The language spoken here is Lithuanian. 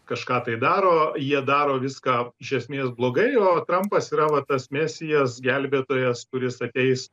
kažką tai daro jie daro viską iš esmės blogai o trampas yra va tas mesijas gelbėtojas kuris ateis